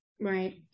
Right